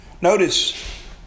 Notice